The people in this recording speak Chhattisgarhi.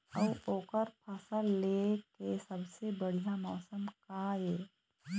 अऊ ओकर फसल लेय के सबसे बढ़िया मौसम का ये?